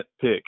pick